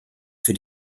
für